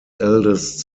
eldest